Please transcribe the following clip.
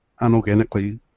unorganically